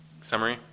summary